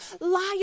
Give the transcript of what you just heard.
liar